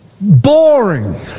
boring